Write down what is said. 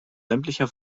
sämtlicher